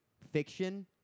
fiction